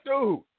dude